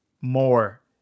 more